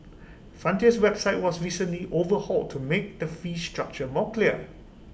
Frontier's website was recently overhauled to make the fee structure more clear